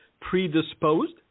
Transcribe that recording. predisposed